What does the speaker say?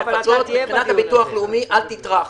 מבחינת הביטוח הלאומי אל תטרח.